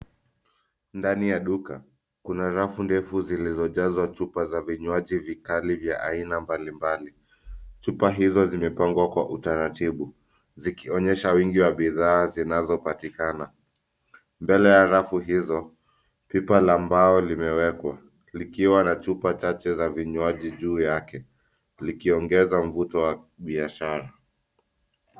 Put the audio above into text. Ndani ya duka kuna rafu ndefu zilizojazwa chupa za vinywaji vikali vya aina mbalimbali. Chupa hizo zimepangwa kwa utaratibu zikionyesha bidhaa zinazopatikana. Mbele ya rafu hizo pipa za mbao zimewekwa zikiwa na chupa chache za vinywaji juu yake likiongeza mvuto wa biashara.